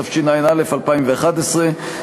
התשע"א 2011,